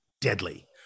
deadly